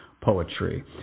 poetry